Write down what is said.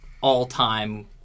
all-time